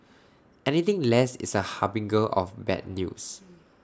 anything less is A harbinger of bad news